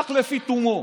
מסיח לפי תומו.